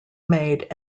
made